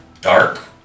dark